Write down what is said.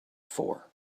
for